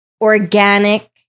organic